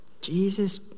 Jesus